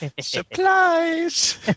Supplies